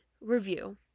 review